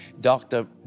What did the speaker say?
Doctor